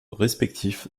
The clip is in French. respectif